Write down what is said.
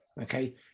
okay